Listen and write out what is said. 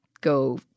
go